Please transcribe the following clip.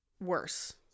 worse